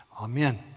Amen